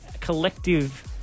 collective